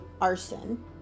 arson